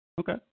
Okay